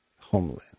homeland